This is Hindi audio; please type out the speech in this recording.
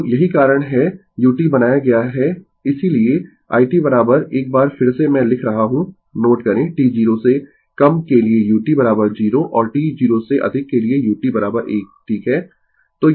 तो यही कारण है u बनाया गया है इसीलिए i t एक बार फिर से मैं लिख रहा हूँ नोट करें t 0 से कम के लिए u 0 और t 0 से अधिक के लिए u 1 ठीक है